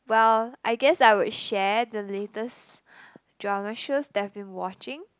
well I guess I would share the latest drama shows that I've been watching